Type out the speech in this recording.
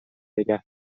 نگه